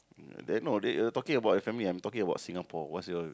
uh the no they talking about your family I'm talking about Singapore was your